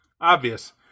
obvious